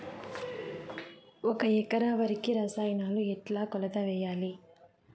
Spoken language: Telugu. ఒక ఎకరా వరికి రసాయనాలు ఎట్లా కొలత వేయాలి?